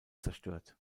zerstört